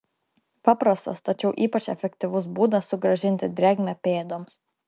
paprastas tačiau ypač efektyvus būdas sugrąžinti drėgmę pėdoms